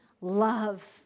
love